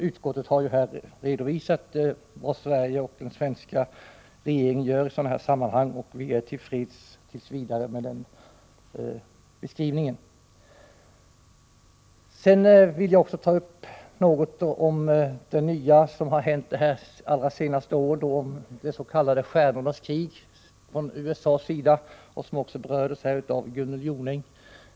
Utskottet har redovisat vad Sverige och den svenska regeringen gör i dessa sammanhang. Vi är tills vidare till freds med den beskrivningen. Jag vill också något ta upp det nya som har hänt de allra senaste åren, nämligen det s.k. stjärnornas krig från USA:s sida, vilket också har berörts av Gunnel Jonäng.